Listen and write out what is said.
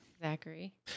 Zachary